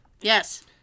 Yes